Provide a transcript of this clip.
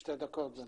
משתי דקות.